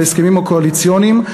בהסכמים הקואליציוניים,